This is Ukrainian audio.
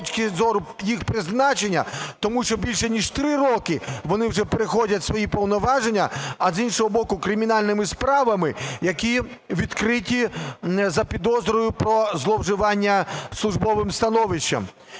з точки зору їх призначення, тому що більше ніж три роки вони вже переходять свої повноваження. А з іншого боку – кримінальними справами, які відкриті за підозрою про зловживання службовим становищем.